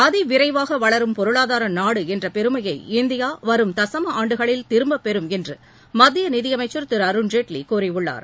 அதிவிரைவாக வளரும் பொருளாதார நாடு என்ற பெருமையை இந்தியா வரும் தசம ஆண்டுகளில் திரும்பப் பெறும் என்று மத்திய நிதியமைச்சர் திரு அருண் ஜேட்லி கூறியுள்ளார்